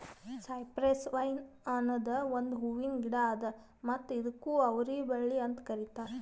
cypress vine ಅನದ್ ಒಂದು ಹೂವಿನ ಗಿಡ ಅದಾ ಮತ್ತ ಇದುಕ್ ಅವರಿ ಬಳ್ಳಿ ಅಂತ್ ಕರಿತಾರ್